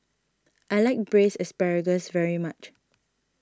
I like Braised Asparagus very much